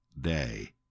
day